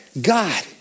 God